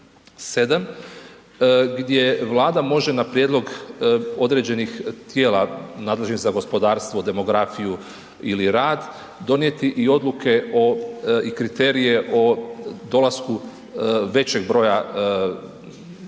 57. gdje Vlada može na prijedlog određenih tijela nadležnih za gospodarstvo, demografiju ili rad donijeti i odluke o i kriterije o dolasku većeg broja radnika